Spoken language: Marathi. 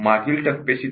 मागील टप्प्याशी ते